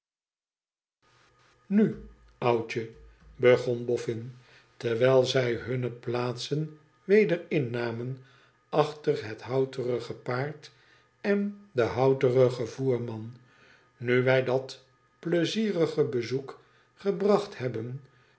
ntt oudje begon bofün terwijl zij hunne plaatsen weder innamen achter het houterige paard en den houterigen voerman nu wij dat pleizierige bezoek gebracht hebben